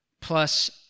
plus